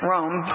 Rome